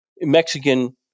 mexican